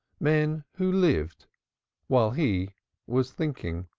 men who lived while he was thinking.